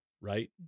right